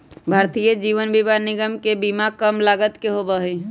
भारतीय जीवन बीमा निगम के बीमा कम लागत के होबा हई